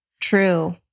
True